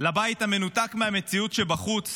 לבית מנותק מהמציאות שבחוץ